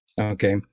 okay